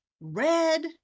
red